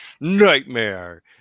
Nightmare